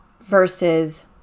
versus